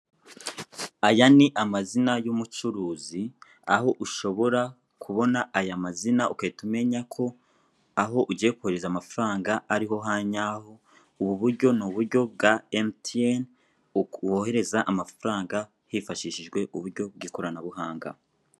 Aya ni amzina y'umucuruzi aho ushobora kubona aya mazina ugahita umenya ko aho ugiye kohereza amafaranga ari ho hanyaho ubu buryo n uburyo bwa emutiyemi uku wohereza amafaranfa hifasfishijwe uburyo bw'ikoranabuhanga.